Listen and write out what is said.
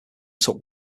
took